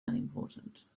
unimportant